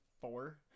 four